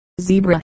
zebra